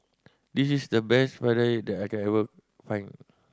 this is the best vadai that I can find